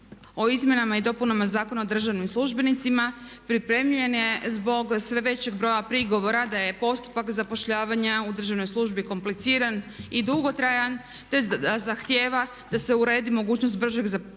o izmjenama i dopunama Zakona o državnim službenicima pripremljen je zbog sve većeg broja prigovora da je postupak zapošljavanja u državnoj službi kompliciran i dugotrajan te da zahtjeva da se uredi mogućnost bržeg zapošljavanja